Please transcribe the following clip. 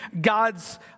God's